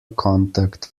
contact